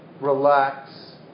relax